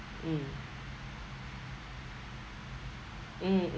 mm mm